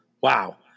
wow